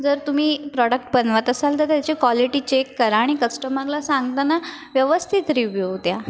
जर तुम्ही प्रॉडक्ट बनवत असाल तर त्याची क्वालिटी चेक करा आणि कस्टमरला सांगताना व्यवस्थित रिव्ह्यू द्या